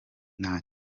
nta